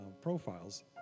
profiles